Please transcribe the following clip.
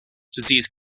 disease